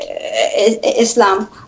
Islam